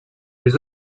les